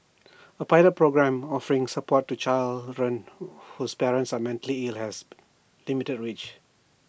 A pilot programme offering support to children whose parents are mentally ill has limited reach